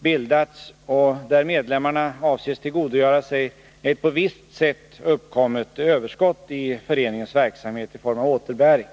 bildats och där medlemmarna avses tillgodogöra sig ett på visst sätt uppkommet överskott i föreningens verksamhet i form av återbäring.